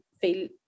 feel